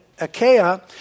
Achaia